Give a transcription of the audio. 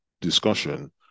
discussion